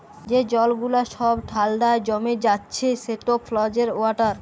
যে জল গুলা ছব ঠাল্ডায় জমে যাচ্ছে সেট ফ্রজেল ওয়াটার